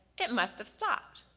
it must've stopped.